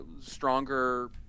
stronger